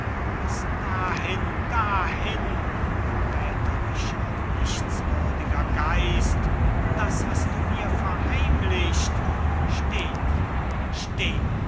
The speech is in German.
bis dahin dahin verräthrischer nichtswürdiger geist und das hast du mir verheimlicht steh nur steh